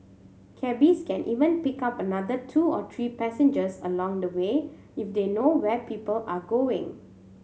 cabbies can even pick up another two to three passengers along the way if they know where people are going